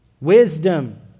wisdom